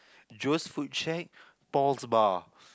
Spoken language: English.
Joe's food shack Paul's bar